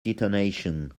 detonation